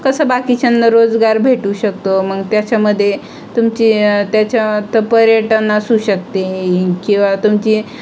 कसं बाकीच्यांना रोजगार भेटू शकतो मग त्याच्यामध्ये तुमची त्याच्यात पर्यटन असू शकते किंवा तुमची